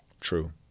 True